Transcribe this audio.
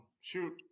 Shoot